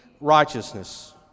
righteousness